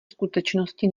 skutečnosti